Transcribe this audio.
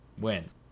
wins